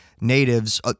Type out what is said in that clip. natives